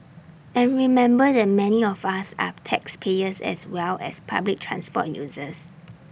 and remember that many of us are taxpayers as well as public transport users